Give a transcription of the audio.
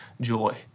joy